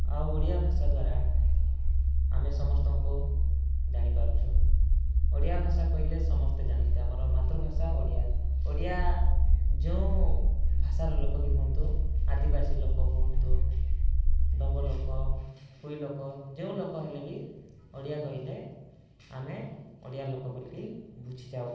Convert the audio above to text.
ଆଉ ଓଡ଼ିଆ ଭାଷା ଦ୍ୱାରା ଆମେ ସମସ୍ତଙ୍କୁ ଜାଣିପାରୁଛୁ ଓଡ଼ିଆ ଭାଷା କହିଲେ ସମସ୍ତେ ଜାଣନ୍ତି ଆମର ମାତୃଭାଷା ଓଡ଼ିଆ ଓଡ଼ିଆ ଯେଉଁ ଭାଷାର ଲୋକ ବି ହୁଅନ୍ତୁ ଆଦିବାସୀ ଲୋକ ହୁଅନ୍ତୁ ଡ଼ମ୍ବ ଲୋକ କୁଇ ଲୋକ ଯେଉଁ ଲୋକ ହେଲେ ବି ଓଡ଼ିଆ କହିଲେ ଆମେ ଓଡ଼ିଆ ଲୋକ ଲୋକ ବୋଲିକି ବୁଝି ଯାଉ